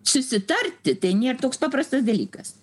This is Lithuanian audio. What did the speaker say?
susitarti tai nėr toks paprastas dalykas